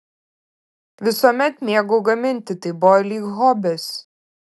visuomet mėgau gaminti tai buvo lyg hobis